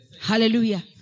Hallelujah